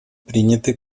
приняты